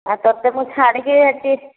ଆଉ ତୋତେ ମୁଁ ଛାଡ଼ିକି ଆସି